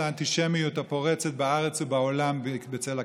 האנטישמיות הפורצת בארץ ובעולם בצל הקורונה,